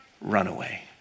runaway